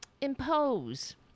impose